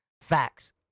Facts